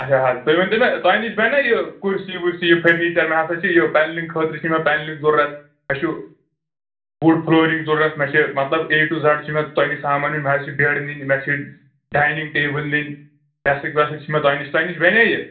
اچھا حظ تُہۍ ؤنۍ تو مےٚ تۄہہِ نِش بنیا یہِ کُرسی وُرسی فٔرنیٖچَر مےٚ ہسا چھ یہِ پینلِنگ خٲطرٕ چھ پینلِنگ ضروٗرت اسہِ چھُ وُڈ فلورِنگ مےٚ چھ مطلب اے ٹو زیڈ چھُ مےٚ تۄہہِ نِش سامان نیُن مےٚ حظ چھ بیٚڈ نِنۍ مےٚ حظ چھ ڈاینِنگ ٹیبل نِنۍ ڈیسک ویسک چھ مےٚ تۄہہِ نِش تۄہہِ نِش بنیا یہِ